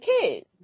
kids